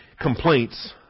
complaints